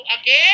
again